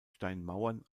steinmauern